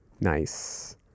Nice